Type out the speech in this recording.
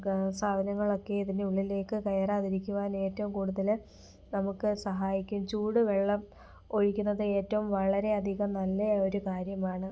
സാധനങ്ങളൊക്കെയും ഇതിൻ്റെ ഉള്ളിലേക്ക് കയറാതിരിക്കുവാൻ ഏറ്റവും കൂടുതല് നമുക്ക് സഹായിക്കും ചൂടുവെള്ളം ഒഴിക്കുന്നത് ഏറ്റവും വളരെയധികം നല്ലയൊരു കാര്യമാണ്